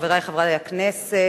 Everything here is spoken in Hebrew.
חברי חברי הכנסת,